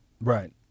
Right